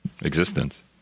existence